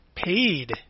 paid